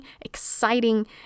exciting